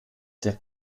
der